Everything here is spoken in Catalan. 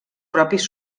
propis